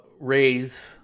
raise